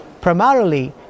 primarily